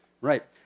Right